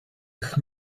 гэх